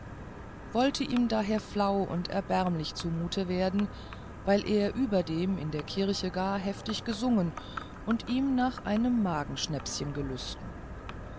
wollte ihm daher flau und erbärmlich zumute werden weil er überdem in der kirche gar heftig gesungen und ihm nach einem magenschnäpschen gelüsten